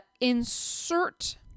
insert